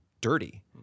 dirty